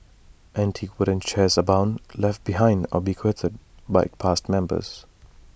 antique wooden chairs abound left behind or bequeathed by past members